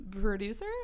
producer